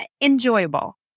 enjoyable